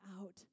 out